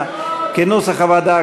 ההסתייגויות?